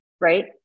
right